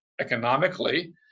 economically